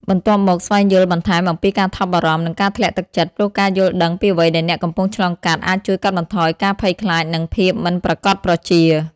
បន្ទាប់មក ស្វែងយល់បន្ថែមអំពីការថប់បារម្ភ និងការធ្លាក់ទឹកចិត្ត ព្រោះការយល់ដឹងពីអ្វីដែលអ្នកកំពុងឆ្លងកាត់ អាចជួយកាត់បន្ថយការភ័យខ្លាច និងភាពមិនប្រាកដប្រជា។